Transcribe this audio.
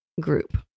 group